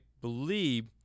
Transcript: believe